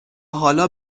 حالا